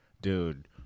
Dude